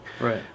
right